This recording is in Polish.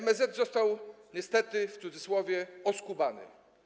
MSZ został niestety, w cudzysłowie, oskubany.